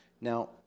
Now